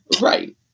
Right